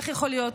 ואיך יכול להיות?